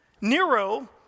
Nero